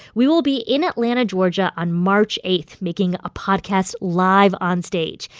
we will be in atlanta, ga, on march eighth, making a podcast live onstage.